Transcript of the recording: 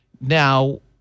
Now